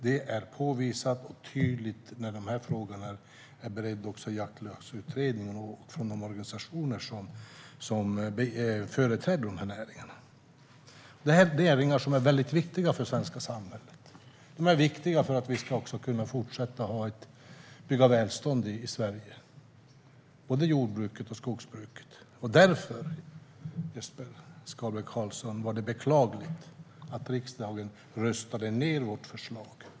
Detta har påvisats och blivit tydligt när dessa frågor beretts i Jaktlagsutredningen och i de organisationer som företräder näringarna. Dessa näringar är viktiga för det svenska samhället. De är viktiga för att vi ska kunna fortsätta att bygga välstånd i Sverige, och det gäller både jordbruket och skogsbruket. Därför, Jesper Skalberg Karlsson, var det beklagligt att riksdagen röstade ned vårt förslag.